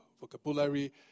vocabulary